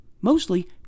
mostly